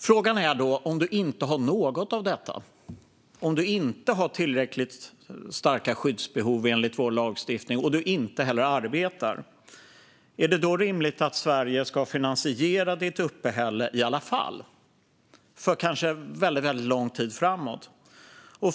Frågan är: Om man inte har något av detta, om man inte har tillräckligt starka skyddsbehov enligt vår lagstiftning och om man inte heller arbetar, är det då rimligt att Sverige ska finansiera ens uppehälle i alla fall, kanske under lång tid framöver?